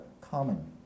common